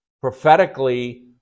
Prophetically